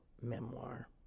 memoir